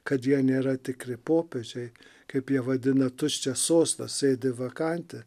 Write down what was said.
kad jie nėra tikri popiežiai kaip jie vadina tuščią sostą sėdi vakanti